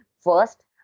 first